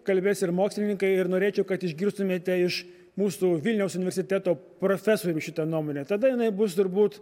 kalbės ir mokslininkai ir norėčiau kad išgirstumėte iš mūsų vilniaus universiteto profesorių šitą nuomonę tada jinai bus turbūt